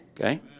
Okay